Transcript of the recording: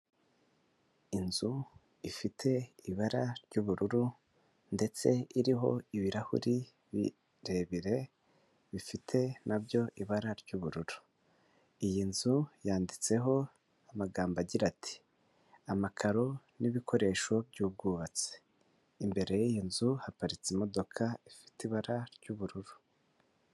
Inzu ifite ibara ry'ubururu ndetse iriho ibirahuri birebire bifite nabyo ibara ry'ubururu. Iyi nzu yanditseho amagambo agira ati: "amakaro n'ibikoresho by'ubwubatsi". Imbere y'iyi nzu haparitse imodoka ifite ibara ry'ubururu.